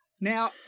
Now